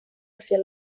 hacia